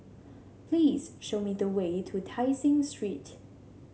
please show me the way to Tai Seng Street